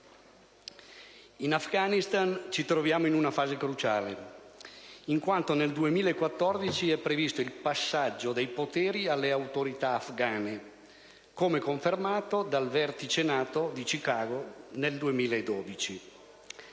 In Afghanistan ci troviamo in una fase cruciale, in quanto nel 2014 è previsto il passaggio dei poteri alle autorità afghane, come confermato dal Vertice NATO di Chicago del 2012.